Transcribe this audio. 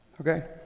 Okay